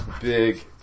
big